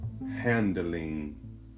Handling